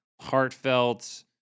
heartfelt